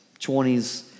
20s